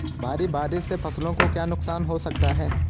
भारी बारिश से फसलों को क्या नुकसान हो सकता है?